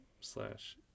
Slash